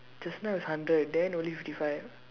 just now is hundred then only fifty five